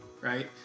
Right